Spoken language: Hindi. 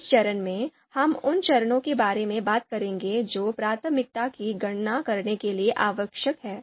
इस चरण में हम उन चरणों के बारे में बात करेंगे जो प्राथमिकता की गणना करने के लिए आवश्यक हैं